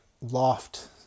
loft